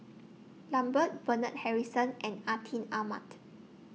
Lambert Bernard Harrison and Atin Amat